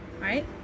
right